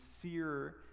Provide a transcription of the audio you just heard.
sincere